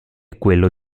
quello